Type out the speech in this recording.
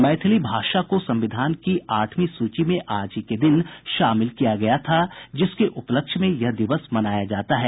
मैथिली भाषा को संविधान की आठवीं सूची में आज ही के दिन शामिल किया गया था जिसके उपलक्ष्य में यह दिवस मनाया जाता है